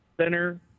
center